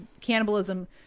cannibalism